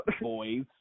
boys